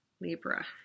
Libra